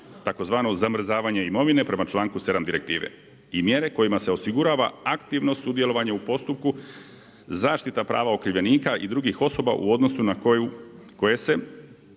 tzv. zamrzavanja imovine prema članku 7. direktive i mjere kojima se osigurava aktivno sudjelovanje u postupku zaštite prava okrivljenika i drugih osoba u odnosu na koje su